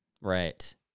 Right